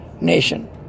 nation